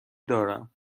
دارم